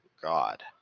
God